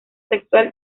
sexual